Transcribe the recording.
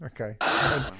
Okay